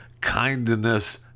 kindness